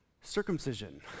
Circumcision